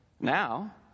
now